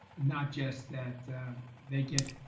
not just that they get,